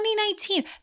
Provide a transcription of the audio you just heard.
2019